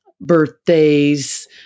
birthdays